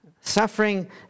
suffering